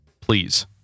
please